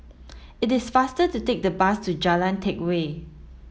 It is faster to take the bus to Jalan Teck Whye